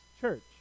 church